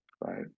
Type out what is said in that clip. right